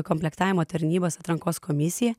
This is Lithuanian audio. komplektavimo tarnybos atrankos komisija